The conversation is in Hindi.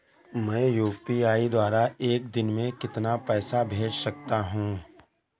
मैं यू.पी.आई द्वारा एक दिन में कितना पैसा भेज सकता हूँ?